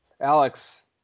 Alex